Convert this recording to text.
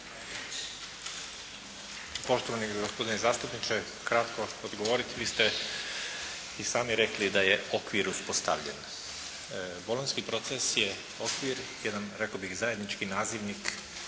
Poštovani gospodine zastupniče, kratko odgovoriti. Vi ste i sami rekli da je okvir uspostavljen. Bolonjski proces je okvir, jedan rekao bih zajednički nazivnik